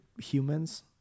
Humans